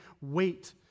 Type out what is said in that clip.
wait